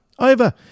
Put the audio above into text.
Over